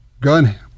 gun